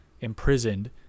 imprisoned